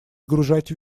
сгружать